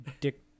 dick